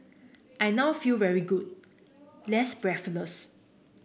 I now feel very good less breathless